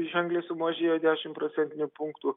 ženkliai sumažėjo dešimt procentinių punktų